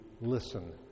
listen